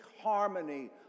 harmony